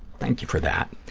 thank you for that.